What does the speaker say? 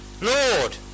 Lord